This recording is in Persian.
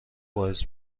باعث